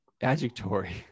adjectory